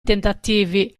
tentativi